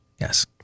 Yes